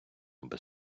без